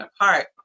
apart